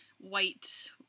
white